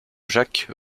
jacques